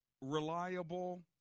reliable